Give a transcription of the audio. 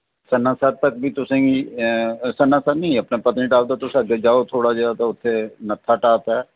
सन्नासर तक बी तुसेंगी सन्नासर निं पत्नीटाप दा तुस अग्गें जाओ थोह्ड़ा जेहा उत्थै नत्था टाप ऐ